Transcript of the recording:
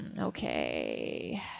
Okay